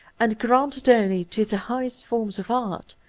and granted only to the highest forms of art.